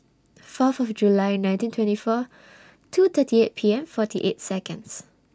Fourth of July nineteen twenty four two thirty eight P M forty eight Seconds